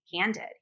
candid